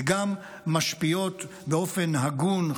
וגם משפיעות באופן הגון,